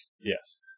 Yes